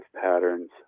patterns